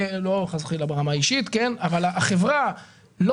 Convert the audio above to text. לא חס וחלילה ברמה האישית אבל החברה לא